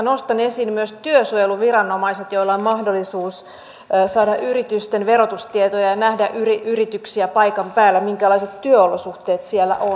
nostan esiin myös työsuojeluviranomaiset joilla on mahdollisuus saada yritysten verotustietoja ja nähdä yrityksiä paikan päällä minkälaiset työolosuhteet siellä on